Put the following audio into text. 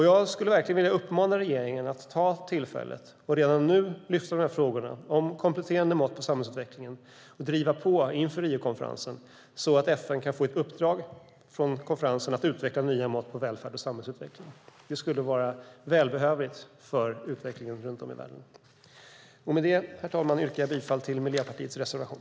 Jag skulle verkligen vilja uppmana regeringen att ta tillfället och redan nu lyfta frågorna om kompletterande mått på samhällsutvecklingen och driva på inför Riokonferensen så att FN kan få ett uppdrag från konferensen att utveckla nya mått på välfärd och samhällsutveckling. Det skulle vara välbehövligt för utvecklingen runt om i världen. Med detta, herr talman, yrkar jag bifall till Miljöpartiets reservation.